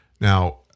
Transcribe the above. Now